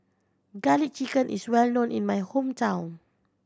Garlic Chicken is well known in my hometown